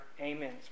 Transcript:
Amen